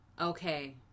okay